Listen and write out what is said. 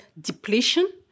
depletion